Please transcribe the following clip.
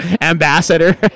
Ambassador